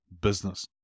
business